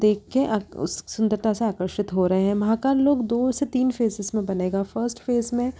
देख के आ उस सुन्दरता से आकर्षित हो रहे हैं महाकाल लोग दो से तीन फ़ेज़ेज़ में बनेगा फ़र्स्ट फेज में